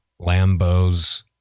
Lambos